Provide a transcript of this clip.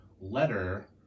letter